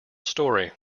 story